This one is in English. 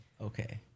Okay